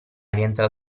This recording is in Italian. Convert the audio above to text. rientra